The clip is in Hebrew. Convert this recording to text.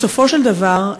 בסופו של דבר,